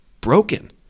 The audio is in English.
broken